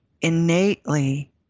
innately